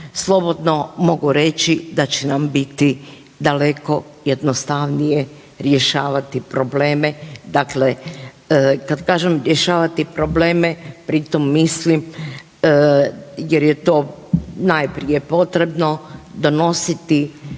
slobodno mogu reći da će nam biti daleko jednostavnije rješavati probleme, dakle kad kažem rješavati probleme pri tom mislim jer je to najprije potrebno donositi